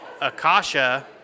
Akasha